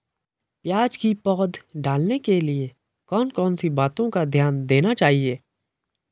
प्याज़ की पौध डालने के लिए कौन कौन सी बातों का ध्यान देना चाहिए?